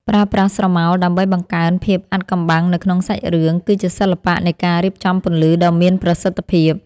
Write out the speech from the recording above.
ប្រើប្រាស់ស្រមោលដើម្បីបង្កើនភាពអាថ៌កំបាំងនៅក្នុងសាច់រឿងគឺជាសិល្បៈនៃការរៀបចំពន្លឺដ៏មានប្រសិទ្ធភាព។